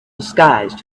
disguised